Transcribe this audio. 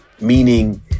meaning